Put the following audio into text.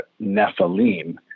Nephilim